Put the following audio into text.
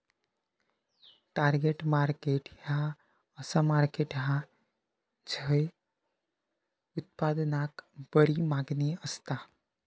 target market ह्या असा market हा झय उत्पादनाक बरी मागणी असता